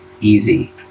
easy